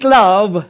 love